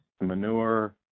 manure